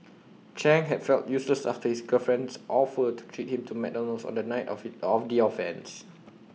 chang had felt useless after his girlfriend's offer to treat him to McDonald's on the night of IT of the offence